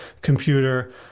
computer